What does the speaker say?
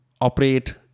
operate